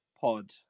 pod